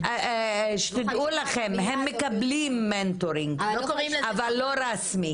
שתדעו לכם, הם מקבלים מנטורינג, אבל לא רשמי.